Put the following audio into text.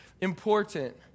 important